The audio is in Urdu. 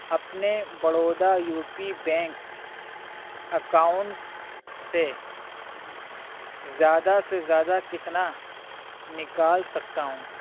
اپنے Baroda U P bank account سے زیادہ سے زیادہ کتنا نکال سکتا ہوں